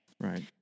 Right